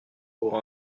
pour